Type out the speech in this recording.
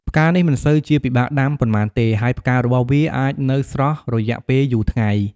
ផ្កានេះមិនសូវជាពិបាកដំាប៉ុន្មានទេ ហើយផ្ការបស់វាអាចនៅស្រស់រយៈពេលយូរថ្ងៃ។